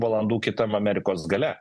valandų kitam amerikos gale